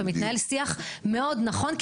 ומתנהל שיח מאוד נכון,